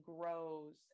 grows